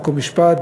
חוק ומשפט,